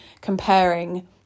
comparing